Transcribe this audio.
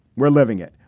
we're living it.